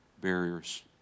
barriers